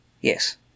Yes